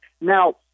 Now